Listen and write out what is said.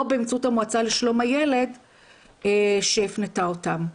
או באמצעות המועצה לשלום הילד שהפנתה אותם.